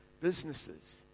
businesses